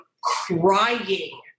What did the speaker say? crying